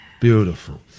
Beautiful